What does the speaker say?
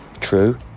True